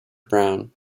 brown